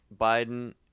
Biden